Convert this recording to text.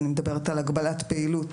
אני מדברת על הגבלת פעילות,